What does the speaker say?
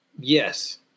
Yes